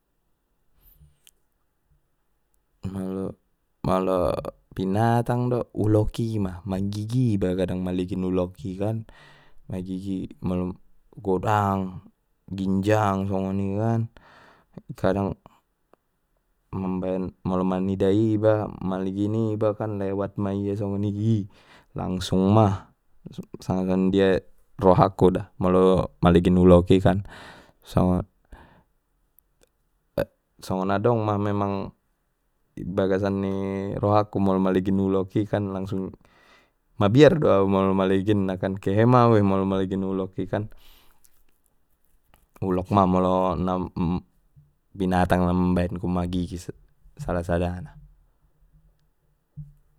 Molo molo binatang do ulok ima mang gigi iba kadang maligin ulok i kan magigi molo, godang ginjang songon i kan kadang, mambaen molo manida i iba maligin i iba kan lewat ma ia songoni hii! Langsung ma sanga son dia rohakku da molo maligin ulok i kan songon, songon adong ma memang bagasan ni rohakku molo ma ligin uloki kan mabiar do au molo maligin nakan kehe mau i molo maligin ulok i kan, ulok ma molo binatang na mam baen ku magigis salah sadana.